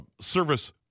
service